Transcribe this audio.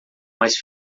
mas